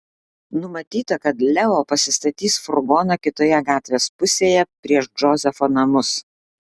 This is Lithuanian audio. numatyta kad leo pasistatys furgoną kitoje gatvės pusėje prieš džozefo namus